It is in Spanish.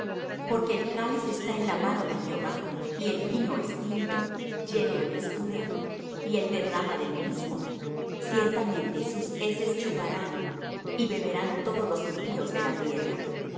porque el cáliz está en la mano de jehová y el vino es tinto lleno de mistura y él derrama del mismo ciertamente sus heces chuparán y beberán todos los impíos de la tierra mas